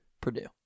Purdue